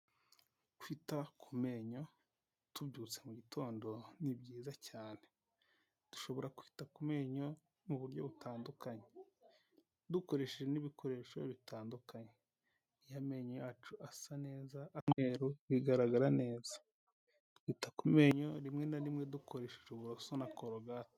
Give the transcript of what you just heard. Kwita ku menyo tubyutse mugitondo ni byiza cyane, dushobora kwita ku menyo mu buryo butandukanye, dukoresheje n'ibikoresho bitandukanye, iyo amenyo yacu asa neza ari umweruru bigaragara neza, twita ku menyo rimwe na rimwe dukoresheje uburoso na korogati.